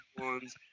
ones